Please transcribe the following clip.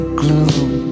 gloom